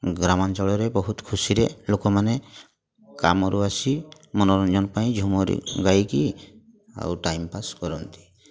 ଗ୍ରାମାଞ୍ଚଳରେ ବହୁତ ଖୁସିରେ ଲୋକମାନେ କାମରୁ ଆସି ମନୋରଞ୍ଜନ ପାଇଁ ଝୁମରେ ଗାଇକି ଆଉ ଟାଇମ୍ ପାସ୍ କରନ୍ତି